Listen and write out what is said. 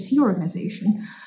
organization